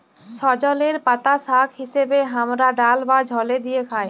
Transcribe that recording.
সজলের পাতা শাক হিসেবে হামরা ডাল বা ঝলে দিয়ে খাই